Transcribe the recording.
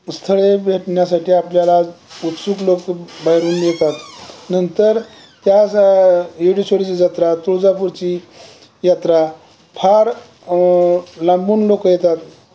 स्थळे भेटण्यासाठी आपल्याला उत्सुक लोकं बाहेरून येतात नंतर त्या येडेश्वरीची जत्रा तुळजापूरची यात्रा फार लांबून लोकं येतात